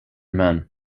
men